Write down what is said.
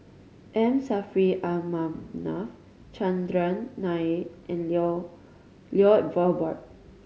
M Saffri A Manaf Chandran Nair and Lloyd Valberg